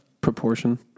proportion